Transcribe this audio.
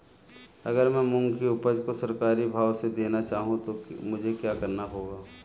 अगर मैं मूंग की उपज को सरकारी भाव से देना चाहूँ तो मुझे क्या करना होगा?